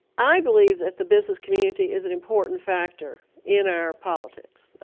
i believe that the business community is an important factor in our politics.